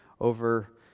over